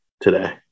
today